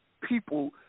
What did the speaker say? people